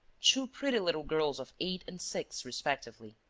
two pretty little girls of eight and six respectively.